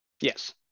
Yes